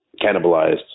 cannibalized